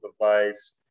device